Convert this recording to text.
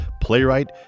playwright